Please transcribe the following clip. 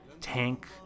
tank